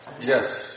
Yes